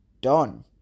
done